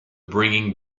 bringing